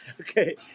Okay